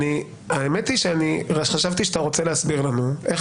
האמת היא שחשבתי שאתה רוצה להסביר לנו איך